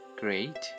Great